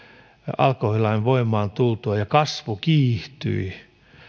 alkoholilain voimaan tultua ja kasvu kiihtyi